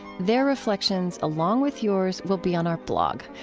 their reflections along with yours will be on our blog.